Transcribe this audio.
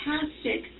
fantastic